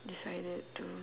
decided to